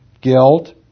guilt